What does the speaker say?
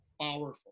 powerful